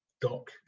doc